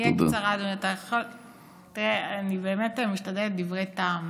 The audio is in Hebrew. אני אהיה קצרה, אדוני, אני באמת משתדלת, דברי טעם.